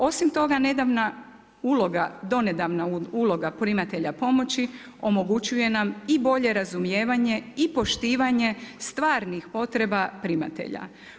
Osim toga nedavna uloga, donedavna uloga primatelja pomoći omogućuje nam i bolje razumijevanje i poštivanje stvarnih potreba primatelja.